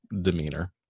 demeanor